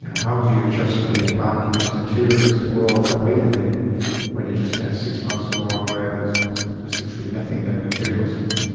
how do you adjust to being back in this materialist world that we live in when you've just spent six months or more where there's there's literally nothing in a material sense?